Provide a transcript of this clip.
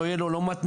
לא יהיה לו מתנ"ס,